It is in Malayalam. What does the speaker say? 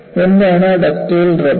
എന്താണ് ഡക്റ്റൈൽ റപ്പ്ചർ